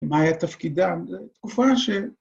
‫מהי היה תפקידה? ‫זו תקופה ש...